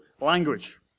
language